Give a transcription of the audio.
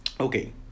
okay